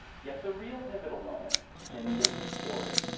yet the real pivotal moment in this story,